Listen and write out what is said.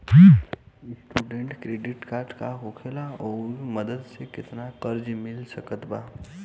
Student credit card का होखेला और ओकरा मदद से केतना कर्जा मिल सकत बा?